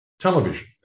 television